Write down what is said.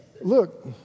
look